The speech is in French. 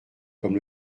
comme